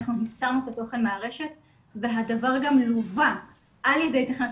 אנחנו הסרנו את התוכן מהרשת והדבר גם לווה על ידי תחנת